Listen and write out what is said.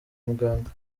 muganga